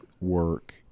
work